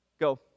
go